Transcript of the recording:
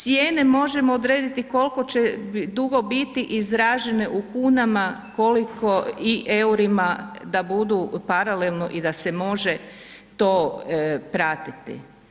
Cijene možemo odrediti koliko će dugo biti izražene u kunama, koliko i EUR-ima da budu paralelno i da se može to pratiti.